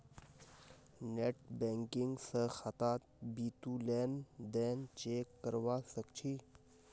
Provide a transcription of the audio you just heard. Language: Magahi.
नेटबैंकिंग स खातात बितु लेन देन चेक करवा सख छि